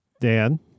Dan